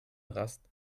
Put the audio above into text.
rast